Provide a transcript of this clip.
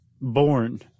born